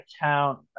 account